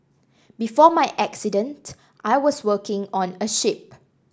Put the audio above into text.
before my accident I was working on a ship